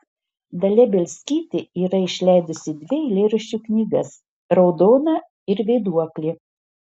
dalia bielskytė yra išleidusi dvi eilėraščių knygas raudona ir vėduoklė